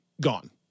gone